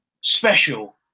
special